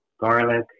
garlic